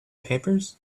papers